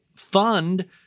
Fund